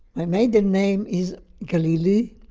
my maiden name is galili,